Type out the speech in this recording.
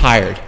hired